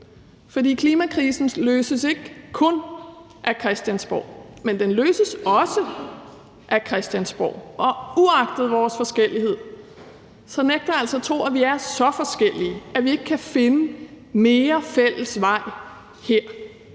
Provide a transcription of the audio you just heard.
For klimakrisen løses ikke kun af Christiansborg, men den løses også af Christiansborg, og uagtet vores forskellighed nægter jeg altså at tro, at vi er så forskellige, at vi ikke kan finde mere fælles vej her,